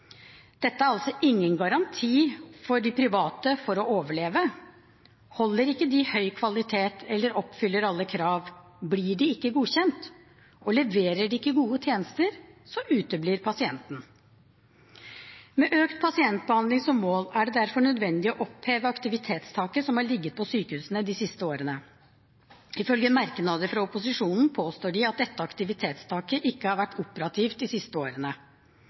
Dette er altså ingen garanti for de private for å overleve. Holder de ikke høy kvalitet, og oppfyller de ikke alle krav, blir de ikke godkjent. Og leverer de ikke gode tjenester, så uteblir pasientene. Med økt pasientbehandling som mål er det derfor nødvendig å oppheve aktivitetstaket som har ligget på sykehusene de siste årene. I merknader fra opposisjonen påstår de at dette aktivitetstaket ikke har vært operativt de siste årene.